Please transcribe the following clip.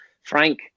frank